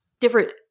different